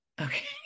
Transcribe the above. Okay